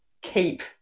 keep